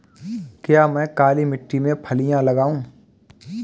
क्या मैं काली मिट्टी में फलियां लगाऊँ?